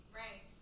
right